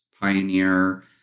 Pioneer